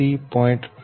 1033 j0